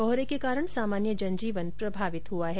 कोहरे के कारण सामान्य जनजीवन प्रभावित हुआ है